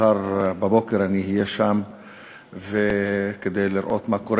מחר בבוקר אני אהיה שם כדי לראות מה קורה.